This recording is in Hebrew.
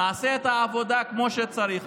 נעשה את העבודה כמו שצריך.